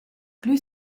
plü